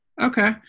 Okay